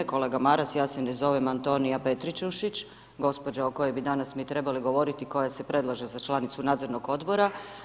Kolega Maras, ja se ne zovem Antonija Petrićušić, gđa. o kojoj bi danas mi trebali govoriti koja se predlaže za članicu Nadzornog odbora.